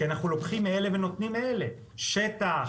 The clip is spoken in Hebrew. כי אנחנו לוקחים מאלה ונותנים לאלה שטח,